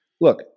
Look